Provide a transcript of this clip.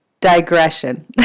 digression